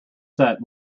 set